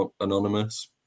anonymous